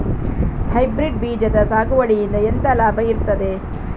Hybrid ಬೀಜದ ಸಾಗುವಳಿಯಿಂದ ಎಂತ ಲಾಭ ಇರ್ತದೆ?